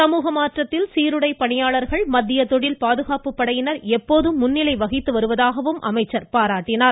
சமூக மாற்றத்தில் சீருடைப் பணியாளர்கள் மத்திய தொழில் பாதுகாப்பு படையினர் எப்போதும் முன்னிலை வகித்து வருவதாகவும் அமைச்சர் பாராட்டினார்